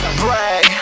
brag